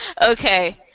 okay